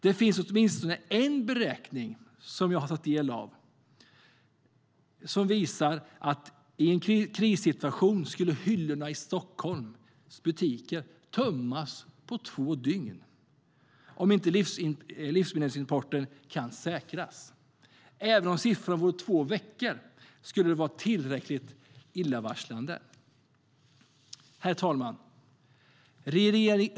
Det finns åtminstone en beräkning som jag tagit del av som visar att hyllorna i Stockholms butiker skulle tömmas på två dygn i en krissituation om livsmedelsimporten inte kunde säkras. Även om siffran vore två veckor skulle det vara tillräckligt illavarslande. Herr talman!